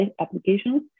applications